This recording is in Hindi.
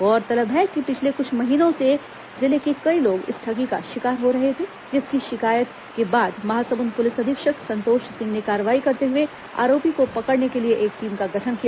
गौरतलब है कि पिछले क्छ महीनों से जिले के कई लोग इस ठगी का शिकार हो रहे थे जिसकी लगातार शिकायत के बाद महासमुद पुलिस अधीक्षक संतोष सिंह ने कार्रवाई करते हुए आरोपी को पकड़ने के लिए एक टीम का गठन किया